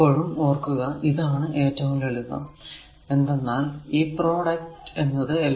എപ്പോഴും ഓർക്കുക ഇതാണ് ഏറ്റവും ലളിതം എന്തെന്നാൽ ഈ product a a a R a R a a